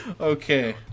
Okay